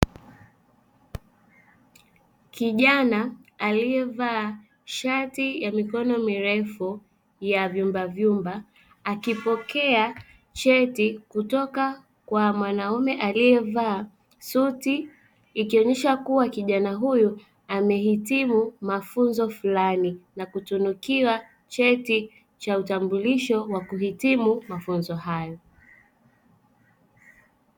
Kijana aliyevaa shati ya mikono mirefu ya vyumba vyumba akipokea cheti kutoka kwa mwanamume aliyevaa suti, ikionyesha kuwa kijana huyu amehitimu mafunzo fulani na kutunukiwa cheti cha utambulisho wa kuhitimu mafunzo hayo.